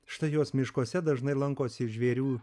štai jos miškuose dažnai lankosi žvėrių